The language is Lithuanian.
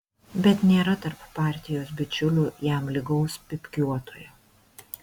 bet nėra tarp partijos bičiulių jam lygaus pypkiuotojo